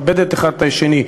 שמכבדים בה האחד את השני,